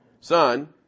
son